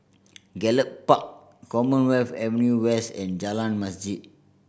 Gallop Park Commonwealth Avenue West and Jalan Masjid